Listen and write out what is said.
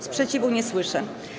Sprzeciwu nie słyszę.